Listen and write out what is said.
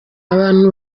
abantu